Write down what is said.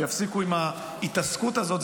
ויפסיקו עם ההתעסקות הזאת.